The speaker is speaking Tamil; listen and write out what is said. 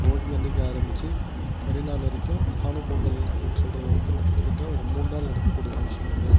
போகி அன்றைக்கி ஆரமிச்சு கரிநாள் வரைக்கும் காணும் பொங்கல் அப்படினு சொல்வது வரைக்கும் கிட்டத்தட்ட ஒரு மூணு நாள் நடக்கக்கூடிய ஃபங்ஷன் இது